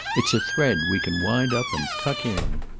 it's a thread we can wind up and tuck in.